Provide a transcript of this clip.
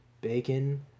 bacon